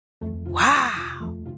wow